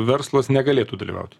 verslas negalėtų dalyvauti